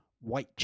White